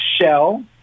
Shell